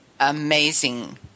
amazing